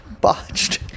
botched